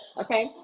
Okay